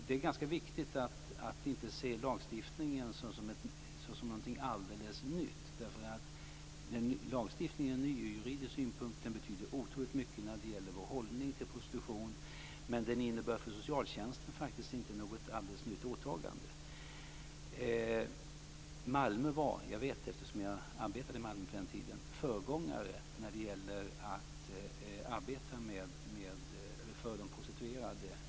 Det är ganska viktigt att inte se lagstiftningen som något alldeles nytt. Lagstiftningen är ny ur juridisk synpunkt, och den betyder otroligt mycket när det gäller vår hållning. Men den innebär för socialtjänsten faktiskt inte något alldeles nytt åtagande. Malmö var, det vet jag eftersom jag arbetade i Malmö på den tiden, föregångare när det gäller att arbeta för de prostituerade.